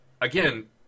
again